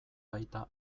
baita